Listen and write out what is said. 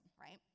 right